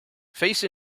face